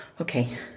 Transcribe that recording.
Okay